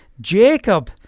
Jacob